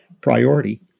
priority